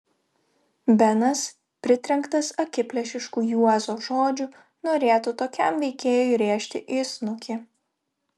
benas pritrenktas akiplėšiškų juozo žodžių norėtų tokiam veikėjui rėžti į snukį